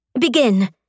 Begin